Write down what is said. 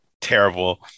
terrible